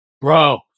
bro